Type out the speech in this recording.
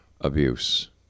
abuse